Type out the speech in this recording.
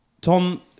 Tom